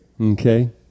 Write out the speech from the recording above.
Okay